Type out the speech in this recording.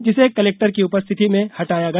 जिसे कलेक्टर की उपस्थिति में हटाया गया